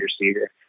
receiver